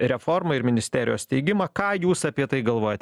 reformą ir ministerijos steigimą ką jūs apie tai galvojat